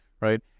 Right